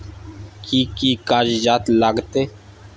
कि कि कागजात लागतै?